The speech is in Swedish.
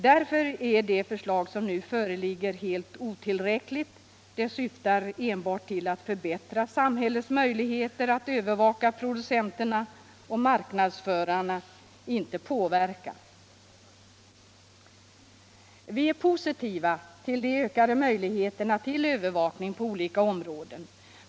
Därför är det förslag som nu föreligger helt otillräckligt, det syftar enbart till att förbättra samhällets möjligheter att övervaka producenterna och marknadsförarna, inte påverka. Vi är positiva till de ökade möjligheterna till övervakning på olika områden.